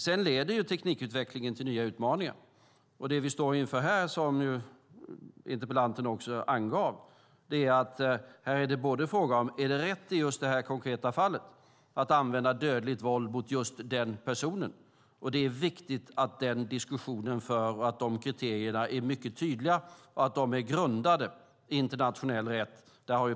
Sedan leder teknikutvecklingen till nya utmaningar. Det vi står inför här och som interpellanten också angav är för det första frågan om det är rätt att just i det konkreta fallet använda dödligt våld mot just den personen. Det är viktigt att den diskussionen förs och att dessa kriterier är mycket tydliga och grundade i internationell rätt.